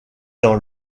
dans